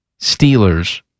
Steelers